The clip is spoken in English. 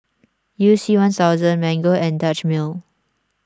You C one thousand Mango and Dutch Mill